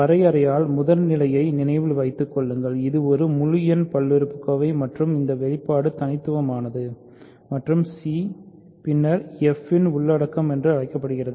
வரையறையால் முதல்நிலையை நினைவில் வைத்துக் கொள்ளுங்கள் இது ஒரு முழு எண் பல்லுறுப்புக்கோவை மற்றும் இந்த வெளிப்பாடு தனித்துவமானது மற்றும் c பின்னர் f இன் உள்ளடக்கம் என்று அழைக்கப்படுகிறது